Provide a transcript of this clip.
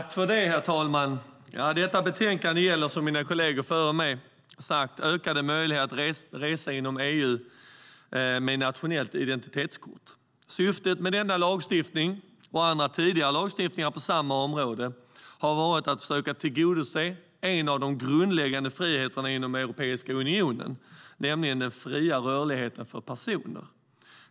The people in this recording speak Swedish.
Herr talman! Detta betänkande gäller, som mina kollegor före mig sagt, ökade möjligheter att resa inom EU med nationellt identitetskort. Syftet med denna lagstiftning och andra tidigare lagstiftningar på samma område har varit att försöka tillgodose en av de grundläggande friheterna inom Europeiska unionen, nämligen den fria rörligheten för personer.